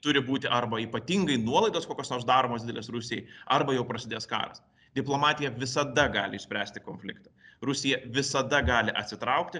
turi būti arba ypatingai nuolaidos kokios nors daromos didelės rusijai arba jau prasidės karas diplomatija visada gali išspręsti konfliktą rusija visada gali atsitraukti